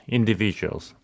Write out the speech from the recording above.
individuals